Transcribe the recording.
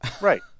Right